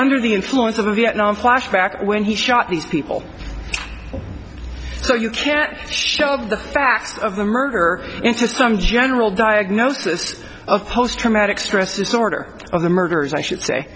under the influence of the vietnam flashback when he shot these people so you can't show the facts of the murder and to some general diagnosis of post traumatic stress disorder of the murders i should say